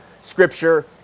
Scripture